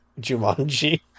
Jumanji